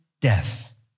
death